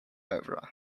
over